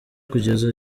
kugeza